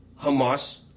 Hamas